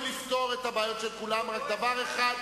תודה רבה.